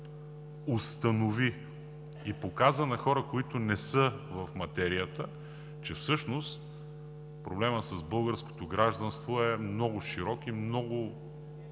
установи и показа на хора, които не са в материята, че всъщност проблемът с българското гражданство е много широк, много